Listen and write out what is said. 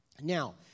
Now